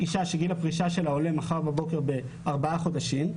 אישה שגיל הפרישה שלה עולה מחר בבוקר בארבעה חודשים,